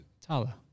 Tala